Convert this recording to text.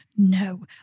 No